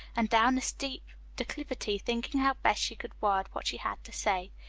and down the steep declivity, thinking how best she could word what she had to say.